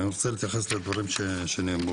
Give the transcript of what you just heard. אני רוצה להתייחס לדברים שנאמרו כאן.